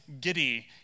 giddy